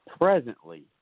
presently